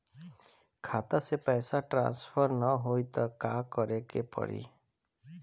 खाता से पैसा ट्रासर्फर न होई त का करे के पड़ी?